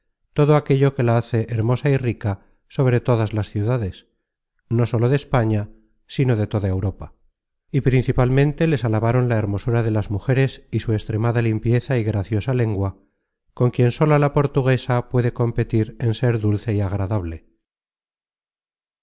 todo aquello que la hace hermosa y rica sobre todas las ciudades no sólo de españa sino de toda europa y principalmente les alabaron la hermosura de las mujeres y su extremada limpieza y graciosa lengua con quien sola la portuguesa puede competir en ser dulce y agradable